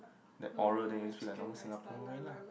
that oral then you speak like normal Singaporean way lah